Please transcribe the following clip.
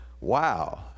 Wow